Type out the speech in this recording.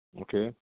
okay